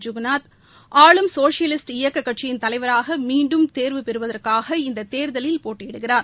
ஜூகுநாத் ஆளும் சோஷலிஸ்ட் இயக்க கட்சியின் தலைவராக மீண்டும் தேர்வு பெறுவதற்காக இந்த தேர்தலில் போட்டியிடுகிறார்